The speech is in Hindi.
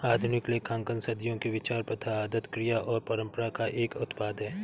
आधुनिक लेखांकन सदियों के विचार, प्रथा, आदत, क्रिया और परंपरा का एक उत्पाद है